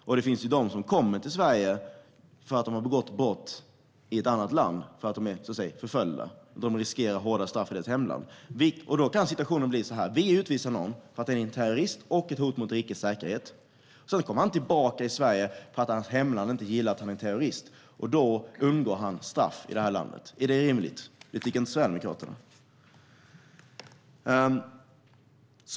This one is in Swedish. Och det finns de som kommer till Sverige för att de har begått brott i ett annat land och för att de är så att säga förföljda och riskerar hårda straff i sitt hemland. Då kan situationen bli sådan att vi utvisar någon för att han är terrorist och ett hot mot rikets säkerhet. Sedan kommer han tillbaka till Sverige för att hans hemland inte gillar att han är terrorist, och då undgår han straff i det här landet. Är det rimligt? Det tycker inte Sverigedemokraterna.